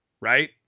right